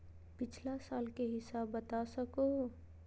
पिछला साल के हिसाब बता सको हो?